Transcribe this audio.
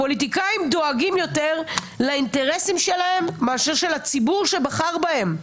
הפוליטיקאים דואגים לאינטרסים שלהם יותר מאשר של הציבור שבחר בהם.